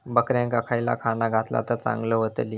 बकऱ्यांका खयला खाणा घातला तर चांगल्यो व्हतील?